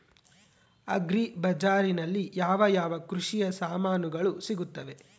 Agri ಬಜಾರಿನಲ್ಲಿ ಯಾವ ಯಾವ ಕೃಷಿಯ ಸಾಮಾನುಗಳು ಸಿಗುತ್ತವೆ?